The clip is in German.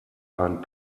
ein